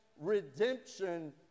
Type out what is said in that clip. redemption